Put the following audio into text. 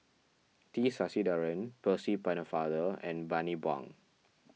T Sasitharan Percy Pennefather and Bani Buang